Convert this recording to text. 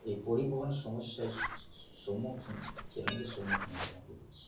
এই পরিবহন সমস্যায় সম্মুখীন চ্যালেঞ্জের সম্মুখীন হত আমনে হয়েছে